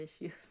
issues